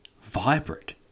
vibrant